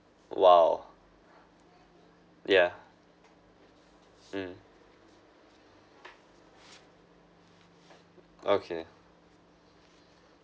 !wow! yeah mm okay